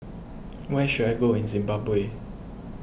where should I go in Zimbabwe